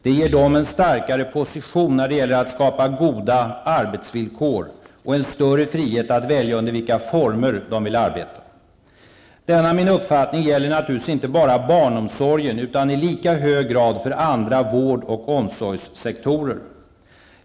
Det ger dem en starkare position när det gäller att skapa goda arbetsvillkor och en större frihet att välja under vilka former de vill arbeta. Denna min uppfattning gäller naturligtvis inte bara barnomsorgen utan i lika hög grad för andra vårdoch omsorgssektorer.